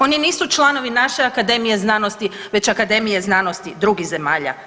Oni nisu članovi naše akademije znanosti već akademije znanosti drugih zemalja.